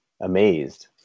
amazed